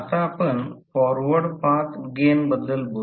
आता आपण forward path gain बद्दल बोलू